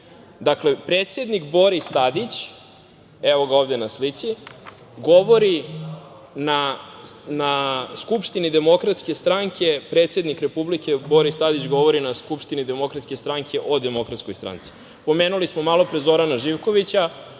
Dakle, predsednik Boris Tadić, evo ga ovde na slici, govori na Skupštini Demokratske stranke, predsednik Republike Boris Tadić govori na Skupštini Demokratske stranke o Demokratskoj stranci. Pomenuli smo malopre Zorana Živkovića,